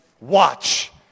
watch